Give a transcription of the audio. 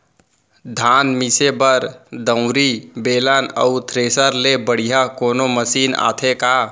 धान मिसे बर दंवरि, बेलन अऊ थ्रेसर ले बढ़िया कोनो मशीन आथे का?